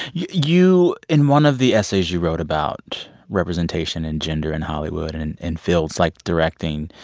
you you in one of the essays you wrote about representation and gender in hollywood and and in fields like directing,